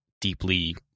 deeply